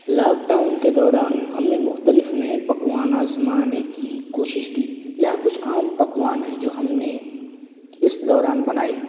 lock down کے دوران ہم نے مختلف نئے پکوان آزمانے کی کوشش کی یہاں کچھ عام پکوان ہیں جو ہم نے اس دوران بنائے